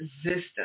existence